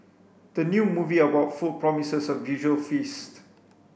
the new movie about food promises a visual feast